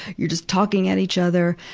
you're just talking at each other.